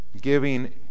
Giving